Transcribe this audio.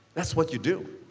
that's what you do.